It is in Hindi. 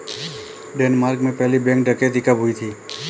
डेनमार्क में पहली बैंक डकैती कब हुई थी?